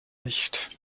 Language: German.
nicht